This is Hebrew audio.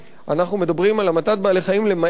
אנחנו מדברים על המתת בעלי-חיים למעט